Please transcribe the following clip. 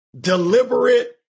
deliberate